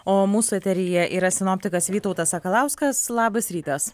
o mūsų eteryje yra sinoptikas vytautas sakalauskas labas rytas